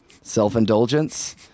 self-indulgence